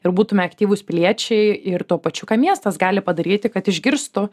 ir būtume aktyvūs piliečiai ir tuo pačiu ką miestas gali padaryti kad išgirstų